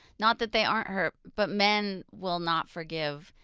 not that they aren't hurt, but men will not forgive.